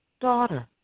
daughter